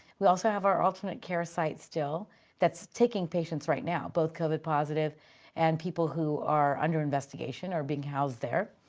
we also have our alternate care site still that's taking patients right now, both covid positive and people who are under investigation are being housed there.